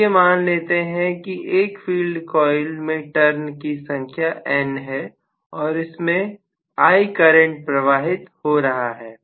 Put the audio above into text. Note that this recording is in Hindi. चलिए मान लेते हैं कि एक फील्ड कॉइल में टर्न की संख्या N है और इनमें I करंट प्रवाहित हो रहा है